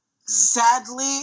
Sadly